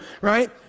right